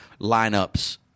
lineups